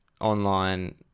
online